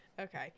Okay